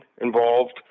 involved